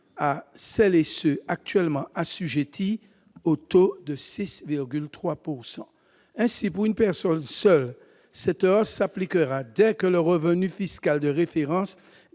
à ceux qui sont actuellement assujettis au taux de 6,3 %. Ainsi, pour une personne seule, cette hausse s'appliquera dès que le revenu fiscal de référence